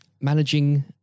managing